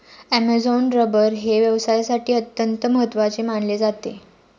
Amazon rubber हे व्यवसायासाठी अत्यंत महत्त्वाचे मानले जाते